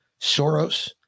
Soros